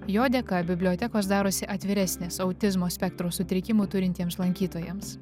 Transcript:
jo dėka bibliotekos darosi atviresnės autizmo spektro sutrikimų turintiems lankytojams